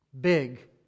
Big